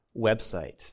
website